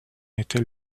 était